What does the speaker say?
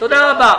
תודה רבה.